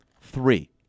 three